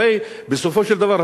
הרי בסופו של דבר,